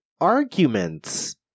arguments